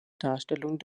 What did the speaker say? darstellung